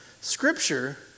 Scripture